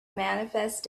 manifest